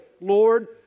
Lord